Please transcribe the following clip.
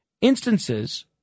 instances